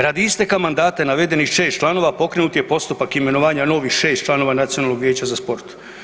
Radi isteka mandata navedenih 6 članova pokrenut je postupak imenovanja novih 6 članova Nacionalnog vijeća za sport.